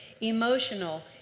emotional